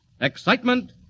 Excitement